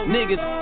Niggas